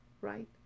Right